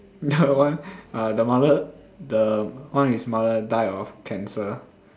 the one uh the mother the one his mother died of cancer